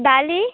ଡାଲି